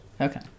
Okay